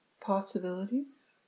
possibilities